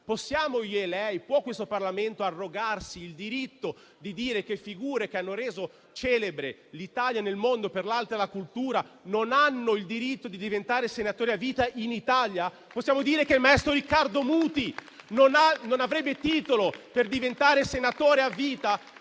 possiamo io, lei, può questo Parlamento arrogarsi il diritto di dire che figure - che hanno reso celebre l'Italia nel mondo per l'arte e la cultura - non hanno il diritto di diventare senatori a vita in Italia? Possiamo dire che il maestro Riccardo Muti non avrebbe titolo per diventare senatore a vita?